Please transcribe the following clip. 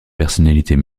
personnalités